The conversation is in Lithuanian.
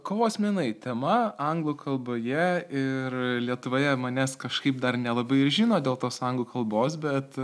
kovos menai tema anglų kalboje ir lietuvoje manęs kažkaip dar nelabai ir žino dėl tos anglų kalbos bet